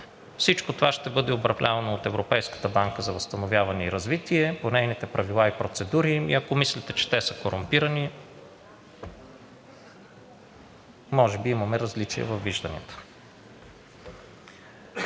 всичко това ще бъде управлявано от Европейската банка за възстановяване и развитие, по нейните правила и процедури. Ако мислите, че те са корумпирани, може би имаме различия във вижданията.